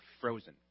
frozen